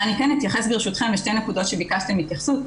אבל אני כן אתייחס ברשותכם לשתי נקודות שביקשתם התייחסות,